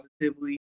positively